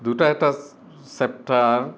দুটা এটা চেপ্তাৰ